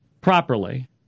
properly